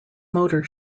motor